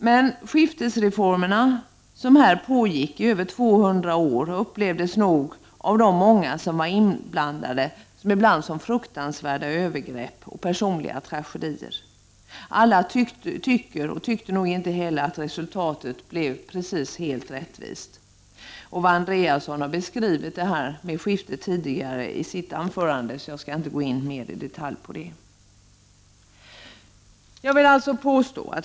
Men skiftesreformerna, som pågick i 200 år, upplevdes nog av många av dem som var inblandade som fruktansvärda övergrepp och ledde till personliga tragedier. Alla tyckte nog inte heller att resultatet blev rättvist precis! Owe Andréasson har beskrivit detta tidigare i sitt anförande.